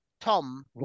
tom